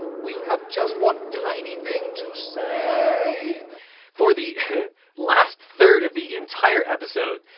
we have just one tiny thing to say for the last third of the entire episode,